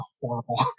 horrible